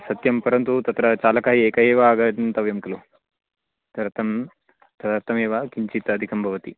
सत्यं परन्तु तत्र चालकः एकः एव आगन्तव्यं खलु तदर्थं तदर्थमेव किञ्चित् अधिकं भवति